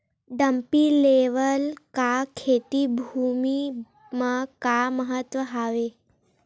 Dumpy level का खेती भुमि म का महत्व हावे?